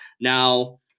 Now